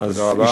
תודה רבה.